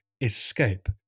escape